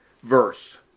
Verse